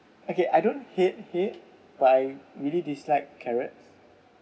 okay I don't hate hate but I nearly disliked carrots